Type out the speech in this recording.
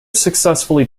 successfully